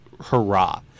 hurrah